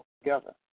together